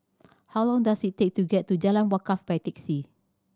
how long does it take to get to Jalan Wakaff by taxi